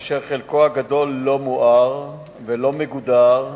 חלקו הגדול לא מואר ולא מגודר,